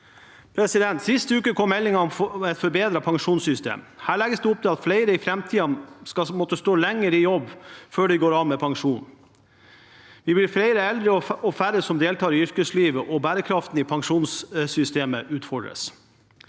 evne. Sist uke kom meldingen om et forbedret pensjonssystem. Her legges det opp til at flere i framtiden skal måtte stå lenger i jobb før de går av med pensjon. Vi blir flere eldre og færre som deltar i yrkeslivet, og bærekraften i pensjonssystemet utfordres.